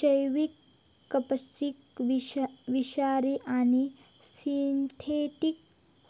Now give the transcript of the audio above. जैविक कपाशीक विषारी आणि सिंथेटिक